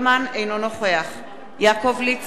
אינו נוכח יעקב ליצמן,